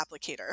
applicator